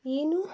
ಏನು